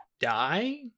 die